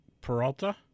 Peralta